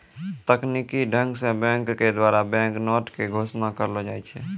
तकनीकी ढंग से बैंक के द्वारा बैंक नोट के घोषणा करलो जाय छै